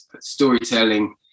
storytelling